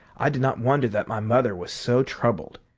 i did not wonder that my mother was so troubled.